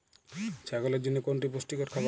ছাগলের জন্য কোনটি পুষ্টিকর খাবার?